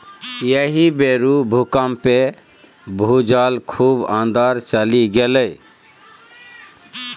एहि बेरुक भूकंपमे भूजल खूब अंदर चलि गेलै